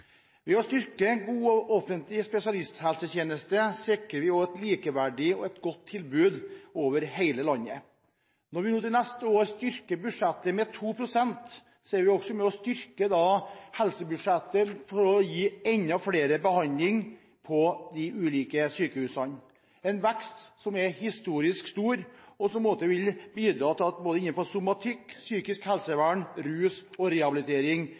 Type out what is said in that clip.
Ved å styrke gode offentlige spesialisthelsetjenester sikrer vi også et likeverdig og godt tilbud over hele landet. Når vi neste år styrker budsjettet med 2 pst., er vi også med på å styrke helsebudsjettet for å gi enda flere behandling på de ulike sykehusene – en vekst som er historisk stor, og som vil bidra til at det innenfor både somatikk, psykisk helsevern, rus og rehabilitering